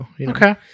Okay